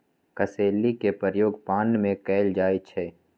कसेली के प्रयोग पान में कएल जाइ छइ